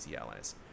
Allies